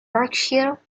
berkshire